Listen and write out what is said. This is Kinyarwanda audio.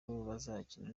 bazakira